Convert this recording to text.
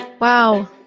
Wow